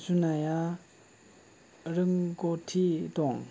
जुनिया रोंगौथि दं